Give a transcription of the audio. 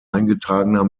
eingetragener